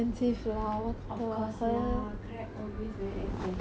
of course lah crab always very expensive what